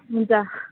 हुन्छ